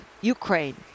Ukraine